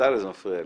בצלאל, זה מפריע לי.